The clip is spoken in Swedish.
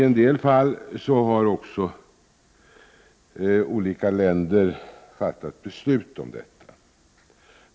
En del länder har fattat beslut om detta.